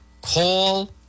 call